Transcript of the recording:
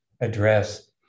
address